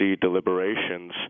deliberations